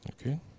Okay